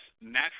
natural